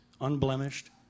unblemished